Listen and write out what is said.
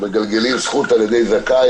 מגלגלים זכות על ידי זכאי,